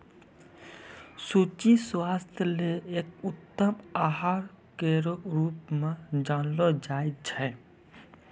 सूजी स्वास्थ्य ल एक उत्तम आहार केरो रूप म जानलो जाय छै